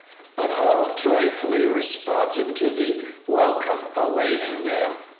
but all joyfully responsive to the welcome awaiting them.